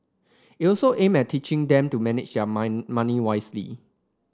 it also aimed at teaching them to manage their mind money wisely